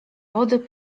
wody